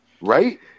right